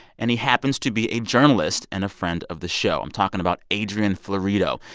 and he happens to be a journalist and a friend of the show. i'm talking about adrian florido.